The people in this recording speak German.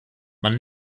man